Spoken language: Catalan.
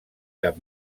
cap